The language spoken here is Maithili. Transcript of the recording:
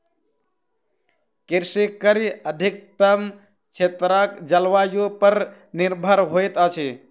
कृषि कार्य अधिकतम क्षेत्रक जलवायु पर निर्भर होइत अछि